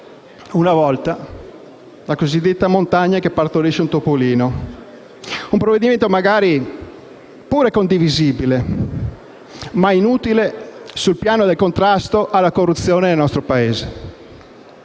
una volta, la cosiddetta montagna che partorisce un topolino: un provvedimento magari anche condivisibile, ma inutile sul piano del contrasto alla corruzione nel nostro Paese.